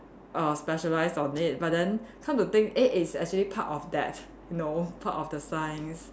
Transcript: err specialise on it but then come to think eh it's actually part of that you know part of the science